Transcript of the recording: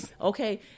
Okay